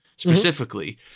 Specifically